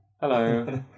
Hello